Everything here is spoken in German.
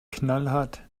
knallhart